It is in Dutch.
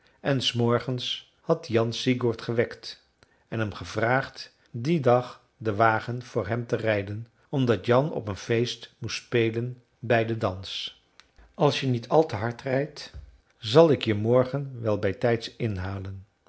en des morgens had jan sigurd gewekt en hem gevraagd dien dag den wagen voor hem te rijden omdat jan op een feest moest spelen bij den dans als je niet al te hard rijdt zal ik je morgen wel bijtijds inhalen